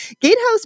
Gatehouse